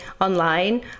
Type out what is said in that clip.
online